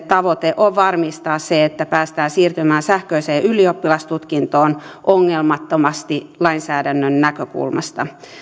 tavoite on varmistaa se että päästään siirtymään sähköiseen ylioppilastutkintoon ongelmattomasti lainsäädännön näkökulmasta